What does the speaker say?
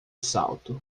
salto